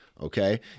okay